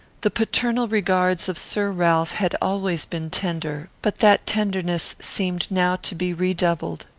the paternal regards of sir ralph had always been tender, but that tenderness seemed now to be redoubled.